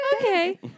Okay